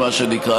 מה שנקרא,